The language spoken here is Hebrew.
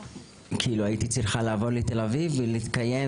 כאילו הייתי צריכה לעבור לתל אביב ולהתקיים